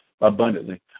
abundantly